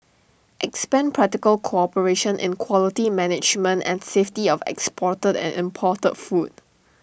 expand practical cooperation in quality management and safety of exported and imported food